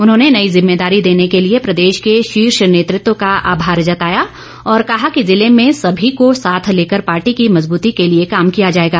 उन्होंने नई जिम्मेदारी देने के लिए प्रदेश के शीर्ष नेतृत्व का आभार जताया और कहा कि जिले में सभी को साथ लेकर पार्टी की मजबूती के लिए काम किया जाएगा